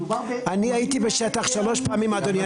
אני הייתי בשטח שלוש פעמים, אדוני.